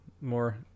more